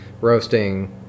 Roasting